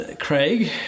Craig